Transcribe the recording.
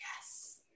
yes